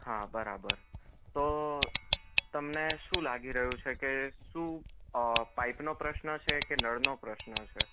હા બરાબર તો તમને શું લાગી રહ્યું છે કે શું પાઇપનો પ્રશ્ન છે કે નળનો પ્રશ્ન છે